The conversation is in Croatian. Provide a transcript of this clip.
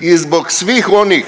i zbog svih onih